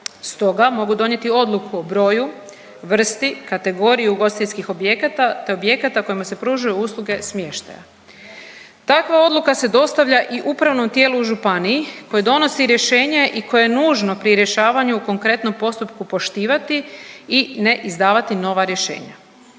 Stoga mogu donijeti odluku o broju, vrsti, kategoriji ugostiteljskih objekata te objekata kojima se pružaju usluge smještaja. Takva odluka se dostavlja i upravnom tijelu županiji koje donosi rješenje i koje je nužno pri rješavanju u konkretnom postupku poštivati i ne izdavati nova rješenja.